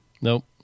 Nope